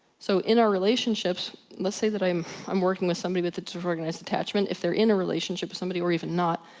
so, in our relationships, let's say that i'm i'm working with somebody with a disorganized attachment, if they're in a relationship with somebody, or even not,